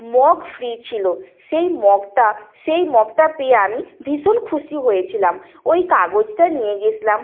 mug free ছিল সেই মগটা সেই মগটা পেয়ে আমি ভীষণ খুশি হয়েছিলাম ওই কাগজটা নিয়ে গিয়েছিলাম